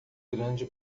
grande